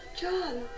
John